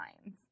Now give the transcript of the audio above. lines